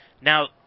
Now